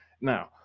Now